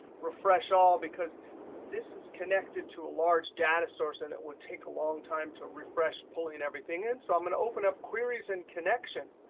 refresh all, because this is connected to a large data source and it would take a long time to refresh, pulling everything in. so i'm going to open up queries and connection.